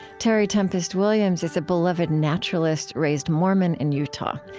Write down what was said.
terry tempest williams is a beloved naturalist raised mormon in utah.